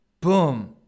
boom